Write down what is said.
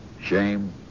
shame